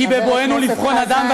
כי בבואנו לבחון אדם, חבר הכנסת חזן.